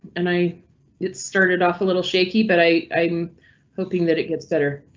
and i it started off a little shaky, but i. i'm hoping that it gets better.